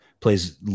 plays